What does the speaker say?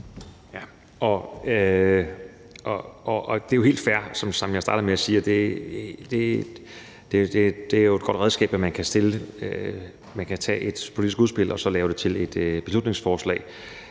Det er jo helt fair, som jeg startede med at sige. Det er et godt redskab, at man kan tage et politisk udspil og så lave det til et beslutningsforslag.